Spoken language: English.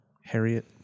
Harriet